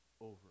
over